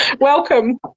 Welcome